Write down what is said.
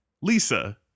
Lisa